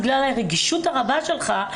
בגלל הרגישות הרבה שלך.